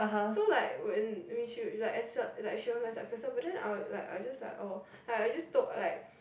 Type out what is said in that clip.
so like when like as a she was my successor but then I'll like I will just like orh I just told like